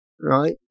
right